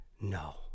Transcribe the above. No